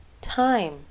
time